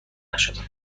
نشدم